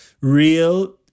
Real